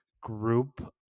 group